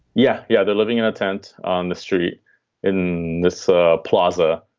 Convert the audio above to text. yeah, yeah. they're living in a tent on the street in this ah plaza.